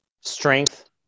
strength